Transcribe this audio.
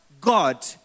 God